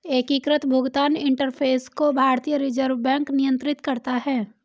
एकीकृत भुगतान इंटरफ़ेस को भारतीय रिजर्व बैंक नियंत्रित करता है